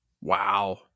Wow